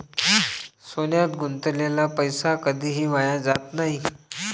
सोन्यात गुंतवलेला पैसा कधीही वाया जात नाही